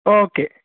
okay